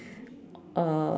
uh